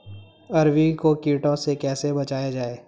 अरबी को कीटों से कैसे बचाया जाए?